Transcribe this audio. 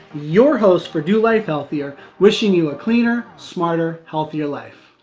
your host for do life healthier, wishing you a cleaner, smarter, healthier life.